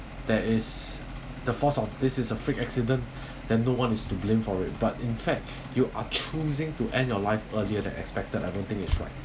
that is the force of this is a freak accident then no one is to blame for it but in fact you are choosing to end your life earlier than expected I don't think is right